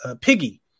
Piggy